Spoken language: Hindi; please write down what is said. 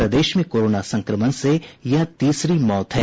प्रदेश में कोरोना संक्रमण से यह तीसरी मौत है